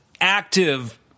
active